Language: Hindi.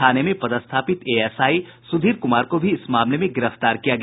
थाने में पदस्थापित एएसआई सुधीर कुमार को भी इस मामले में गिरफ्तार किया गया